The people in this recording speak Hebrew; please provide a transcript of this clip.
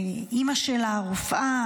אימא שלה רופאה.